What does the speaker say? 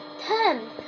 Ten